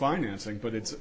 financing but it's